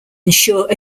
ensure